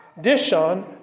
Dishon